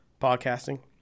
podcasting